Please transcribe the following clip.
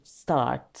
start